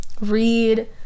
read